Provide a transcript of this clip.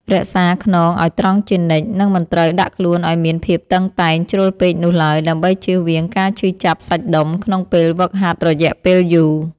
រក្សាខ្នងឱ្យត្រង់ជានិច្ច និងមិនត្រូវដាក់ខ្លួនឱ្យមានភាពតឹងតែងជ្រុលពេកនោះឡើយដើម្បីចៀសវាងការឈឺចាប់សាច់ដុំក្នុងពេលហ្វឹកហាត់រយៈពេលយូរ។